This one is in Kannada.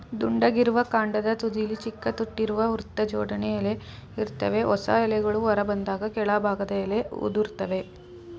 ದುಂಡಗಿರುವ ಕಾಂಡದ ತುದಿಲಿ ಚಿಕ್ಕ ತೊಟ್ಟಿರುವ ವೃತ್ತಜೋಡಣೆ ಎಲೆ ಇರ್ತವೆ ಹೊಸ ಎಲೆಗಳು ಹೊರಬಂದಾಗ ಕೆಳಭಾಗದ ಎಲೆ ಉದುರ್ತವೆ